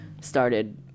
started